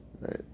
Right